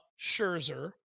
Scherzer